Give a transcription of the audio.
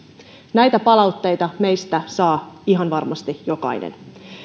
näitä palautteita meistä saa ihan varmasti jokainen